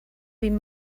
vint